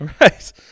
Right